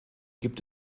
gibt